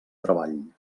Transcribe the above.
treball